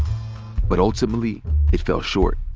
but ultimately it fell short.